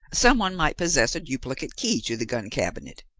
some one might possess a duplicate key to the gun-cabinet.